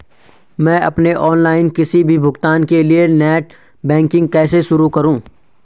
मैं अपने ऑनलाइन किसी भी भुगतान के लिए नेट बैंकिंग कैसे शुरु करूँ?